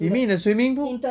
you mean in the swimming pool